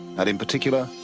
and in particular,